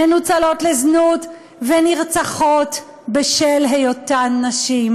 מנוצלות לזנות ונרצחות בשל היותן נשים.